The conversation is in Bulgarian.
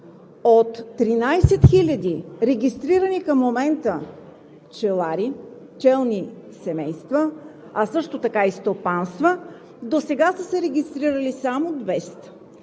от 13 хиляди регистрирани към момента пчелари, пчелни семейства, а също така и стопанства, досега са се регистрирали само 200.